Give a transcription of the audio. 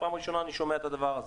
פעם ראשונה שאני שומע את הדבר הזה.